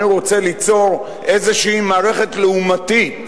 אני רוצה ליצור איזושהי מערכת לעומתית,